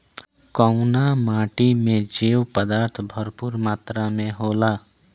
कउना माटी मे जैव पदार्थ भरपूर मात्रा में होला?